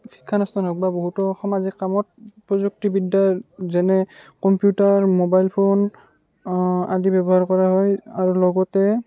শিক্ষানুষ্ঠান হওক বা বহুতো সামাজিক কামত প্ৰযুক্তিবিদ্য়াৰ যেনে কম্পিউটাৰ ম'বাইল ফোন আদি ব্য়ৱহাৰ কৰা হয় আৰু লগতে